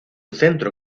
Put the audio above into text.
centro